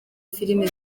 filime